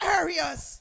areas